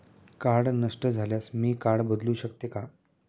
Card नष्ट झाल्यास मी कार्ड बदलू शकते का?